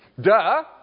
Duh